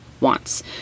wants